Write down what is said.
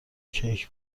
کیک